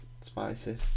spicy